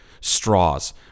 straws